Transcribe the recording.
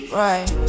right